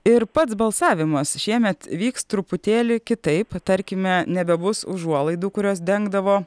ir pats balsavimas šiemet vyks truputėlį kitaip tarkime nebebus užuolaidų kurios dengdavo